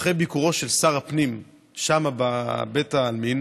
אחרי ביקורו של שר הפנים שם בבית העלמין